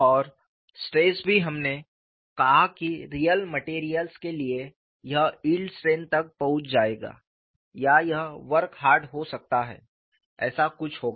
और स्ट्रेस भी हमने कहा कि रियल मैटेरियल्स के लिए यह यील्ड स्ट्रेस तक पहुंच जाएगा या यह वर्क हार्ड हो सकता है ऐसा कुछ होगा